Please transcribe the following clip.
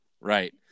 Right